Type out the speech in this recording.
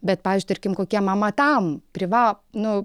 bet pavyzdžiui tarkim kokia mama tam priva nu